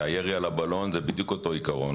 הירי על הבלון, זה בדיוק אותו עיקרון.